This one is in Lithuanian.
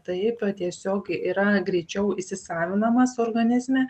taip tiesiog yra greičiau įsisavinamas organizme